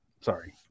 sorry